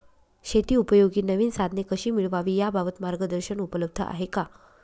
शेतीउपयोगी नवीन साधने कशी मिळवावी याबाबत मार्गदर्शन उपलब्ध आहे का?